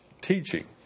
teaching